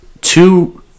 two